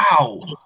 Wow